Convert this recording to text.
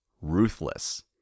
ruthless